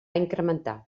incrementar